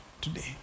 today